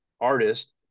artist